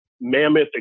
mammoth